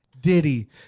Diddy